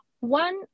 One